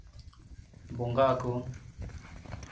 ᱵᱚᱸᱜᱟ ᱟᱠᱚ